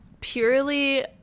Purely